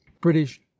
british